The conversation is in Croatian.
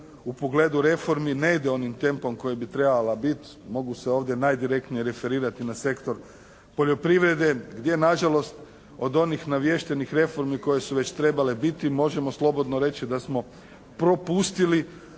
u pogledu reformi ne ide onim tempom kojim bi trebala bit, mogu se ovdje najdirektnije referirati na sektor poljoprivrede, gdje nažalost od onih naviještenih reformi koje su već trebale biti možemo slobodno reći da smo propustili